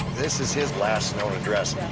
this is his last known address.